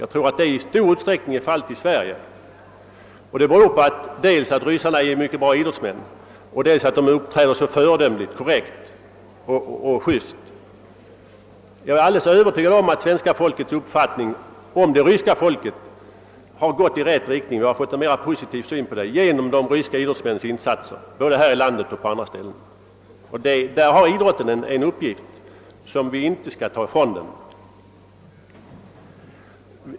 Jag tror att det i stor utsträckning är fallet i Sverige. Det beror dels på att ryssarna är mycket bra idrottsmän och dels på att de uppträder så föredömligt korrekt och just. Jag är alldeles övertygad om att svenska folkets uppfattning om det ryska folket har gått i rätt riktning: svenskarna har fått en mera positiv syn på detta folk genom de ryska idrottsmännens insatser både här i landet och på andra ställen. I det avseendet har idrotten en uppgift som vi inte skall ta ifrån den.